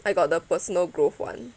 I got the personal growth [one]